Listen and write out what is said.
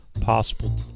possible